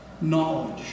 knowledge